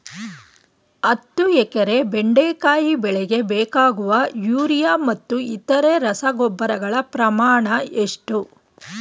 ಹತ್ತು ಎಕರೆ ಬೆಂಡೆಕಾಯಿ ಬೆಳೆಗೆ ಬೇಕಾಗುವ ಯೂರಿಯಾ ಮತ್ತು ಇತರೆ ರಸಗೊಬ್ಬರಗಳ ಪ್ರಮಾಣ ಎಷ್ಟು?